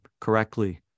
correctly